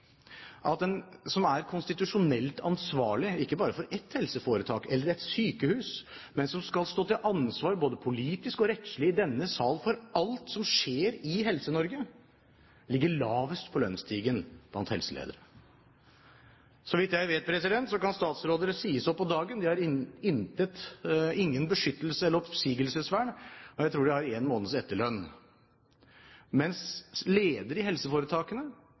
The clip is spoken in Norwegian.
at den som ikke bare er konstitusjonelt ansvarlig for et helseforetak eller et sykehus, men som skal stå til ansvar både politisk og rettslig i denne sal for alt som skjer i Helse-Norge, ligger lavest på lønnsstigen blant helseledere. Så vidt jeg vet, kan statsråder sies opp på dagen. De har ikke noe beskyttelses- eller oppsigelsesvern, og jeg tror de har én måneds etterlønn, mens ledere i helseforetakene,